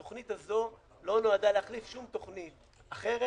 התוכנית הזו לא נועדה להחליף שום תוכנית אחרת,